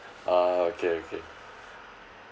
ah okay okay